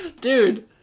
Dude